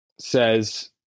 says